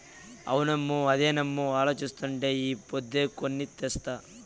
అవునమ్మో, అదేనేమో అలోచిస్తాండా ఈ పొద్దే కొని తెస్తా